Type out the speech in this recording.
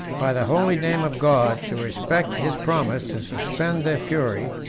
by the holy name of god, to respect his promise, to suspend their fury,